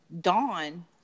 Dawn